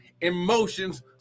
emotions